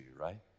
right